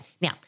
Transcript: Now